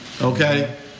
okay